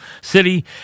city